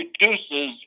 reduces